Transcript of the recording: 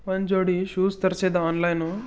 ಒಂದು ಜೋಡಿ ಶೂಸ್ ತರಿಸಿದ್ದೆ ಆನ್ಲೈನು